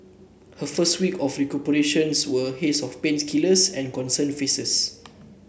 her first weeks of recuperation were a haze of painkillers and concerned faces